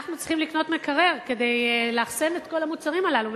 אנחנו צריכים לקנות מקרר כדי לאחסן את כל המוצרים הללו,